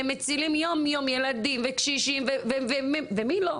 הם מצילים יום-יום ילדים וקשישים ומי לא.